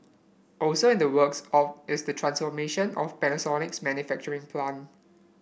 also in the works is the transformation of Panasonic's manufacturing plant